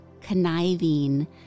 conniving